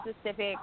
specific